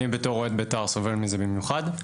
אני בתור אוהד בית"ר סובל מזה במיוחד.